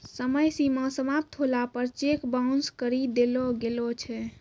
समय सीमा समाप्त होला पर चेक बाउंस करी देलो गेलो छै